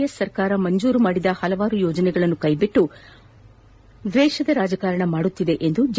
S ಸರ್ಕಾರ ಮಂಜೂರು ಮಾಡಿದ ಹಲವಾರು ಯೋಜನೆಗಳನ್ನು ಕೈಬಿಟ್ಟು ಆದಳಿತ ಸರ್ಕಾರ ದ್ವೇಷದ ರಾಜಕಾರಣ ಮಾಡುತ್ತಿದೆ ಎಂದು ಜೆ